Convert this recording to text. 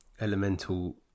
elemental